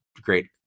great